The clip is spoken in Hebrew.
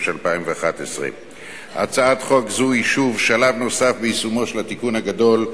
התשע"א 2011. הצעת חוק זו היא שוב שלב נוסף ביישומו של התיקון הגדול,